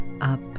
up